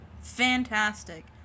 fantastic